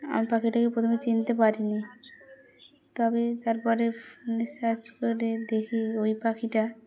আম পাখিটাকে প্রথমে চিনতে পারিনি তবে তারপরে ফোনে সার্চ করে দেখি ওই পাখিটা